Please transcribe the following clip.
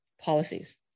policies